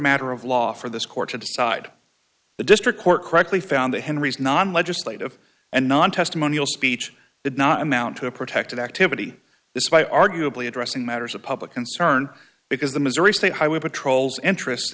matter of law for this court to decide the district court correctly found that henry's non legislative and non testimonial speech did not amount to a protected activity is by arguably addressing matters of public concern because the missouri state highway patrol's interest